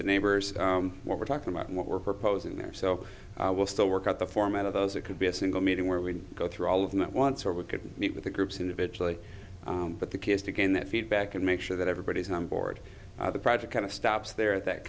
the neighbors what we're talking about and what we're proposing there so will still work at the format of those it could be a single meeting where we go through all of them at once or we could meet with the groups individually but the key is to get that feedback and make sure that everybody's on board the project kind of stops there that